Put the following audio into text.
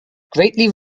greatly